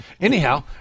Anyhow